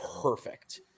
perfect